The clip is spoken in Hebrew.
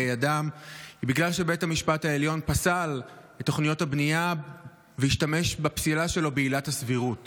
אדם היא שבית המשפט העליון פסל את תוכניות הבנייה והשתמש בעילת הסבירות